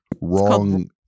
Wrong